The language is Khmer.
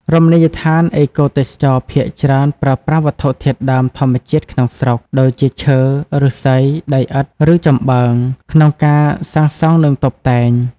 រមណីយដ្ឋានអេកូទេសចរណ៍ ភាគច្រើនប្រើប្រាស់វត្ថុធាតុដើមធម្មជាតិក្នុងស្រុក ដូចជាឈើ ឫស្សី ដីឥដ្ឋ ឬចំបើង ក្នុងការសាងសង់និងតុបតែង។